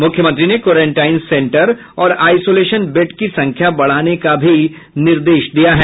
मुख्यमंत्री ने quarantine centre और आईसोलेशन बेड की संख्या बढ़ाने का भी निर्देश दिया है